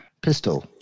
pistol